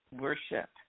worship